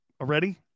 Already